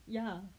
ya